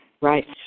Right